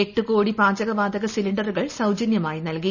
എട്ട് കോടി പാചകവാതക സിലിണ്ടറുകൾ സൌജന്യമായി നൽകി